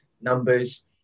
numbers